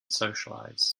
socialize